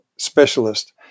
specialist